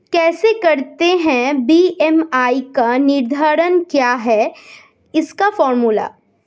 कैसे करते हैं बी.एम.आई का निर्धारण क्या है इसका फॉर्मूला?